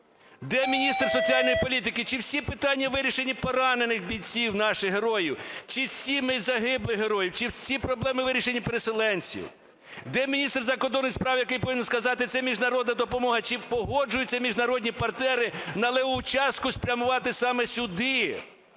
Де міністр соціальної політики? Чи всі питання вирішені поранених бійців, наших героїв? Чи сім'ї загиблих героїв. Чи всі проблеми вирішені переселенців? Де міністр закордонних справ, який повинен сказати - це міжнародна допомога, - чи погоджуються міжнародні партнери левову частку спрямувати саме сюди,